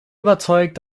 überzeugt